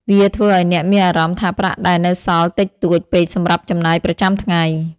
វាធ្វើឲ្យអ្នកមានអារម្មណ៍ថាប្រាក់ដែលនៅសល់តិចតួចពេកសម្រាប់ចំណាយប្រចាំថ្ងៃ។